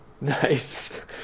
Nice